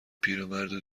پیرمردو